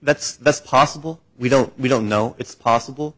that's that's possible we don't we don't know it's possible